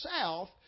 South